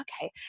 okay